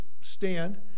stand